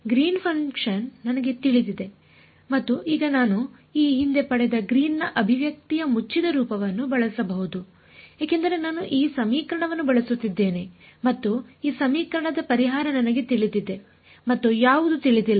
green function ನನಗೆ ತಿಳಿದಿದೆ ಮತ್ತು ಈಗ ನಾನು ಈ ಹಿಂದೆ ಪಡೆದ ಗ್ರೀನ್ನ ಅಭಿವ್ಯಕ್ತಿಯ ಮುಚ್ಚಿದ ರೂಪವನ್ನು ಬಳಸಬಹುದು ಏಕೆಂದರೆ ನಾನು ಈ ಸಮೀಕರಣವನ್ನು ಬಳಸುತ್ತಿದ್ದೇನೆ ಮತ್ತು ಈ ಸಮೀಕರಣದ ಪರಿಹಾರ ನನಗೆ ತಿಳಿದಿದೆ ಮತ್ತು ಯಾವುದು ತಿಳಿದಿಲ್ಲ